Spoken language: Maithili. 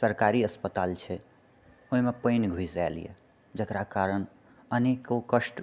सरकारी अस्पताल छै ओहिमे पानि घुसि आयल यऽ जेकरा कारण अनेको कष्ट